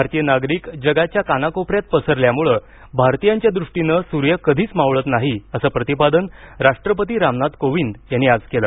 भारतीय नागरिक जगाच्या कानाकोपऱ्यात पसरल्यानं भारतीयांच्या दृष्टीनं सूर्य कधीच मावळत नाही असं प्रतिपादन राष्ट्रपती रामनाथ कोविंद यांनी आज केलं